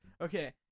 Okay